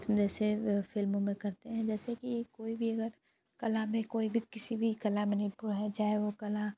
वैसे फ़िल्मों में करते हैं जैसे की कोई भी अगर कला में कोई भी किसी भी कला में निपुण है चाहे वह कला